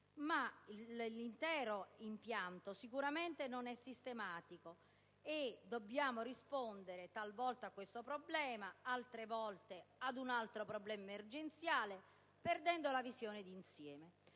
ma l'intero impianto sicuramente non è sistematico e dobbiamo rispondere talvolta a questo problema, altre volte ad un altro problema emergenziale, perdendo la visione d'insieme.